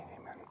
Amen